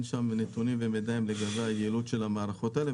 אין שם נתונים ומידעים לגבי היעילות של המערכות האלה,